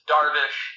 Darvish